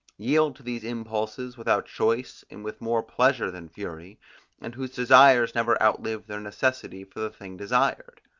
yield to these impulses without choice and with more pleasure than fury and whose desires never outlive their necessity for the thing desired.